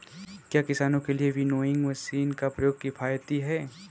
क्या किसानों के लिए विनोइंग मशीन का प्रयोग किफायती है?